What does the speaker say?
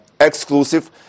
exclusive